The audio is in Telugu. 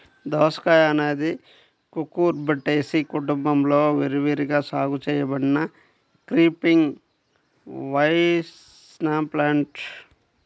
దోసకాయఅనేది కుకుర్బిటేసి కుటుంబంలో విరివిగా సాగు చేయబడిన క్రీపింగ్ వైన్ప్లాంట్